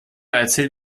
erzählt